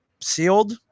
sealed